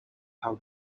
how